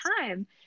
time